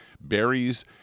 berries